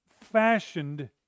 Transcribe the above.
fashioned